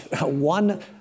One